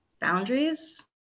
boundaries